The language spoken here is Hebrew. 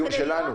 נוספות.